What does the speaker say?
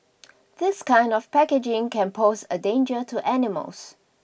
this kind of packaging can pose a danger to animals